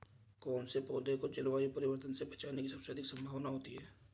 कौन से पौधे को जलवायु परिवर्तन से बचने की सबसे अधिक संभावना होती है?